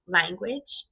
language